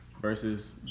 versus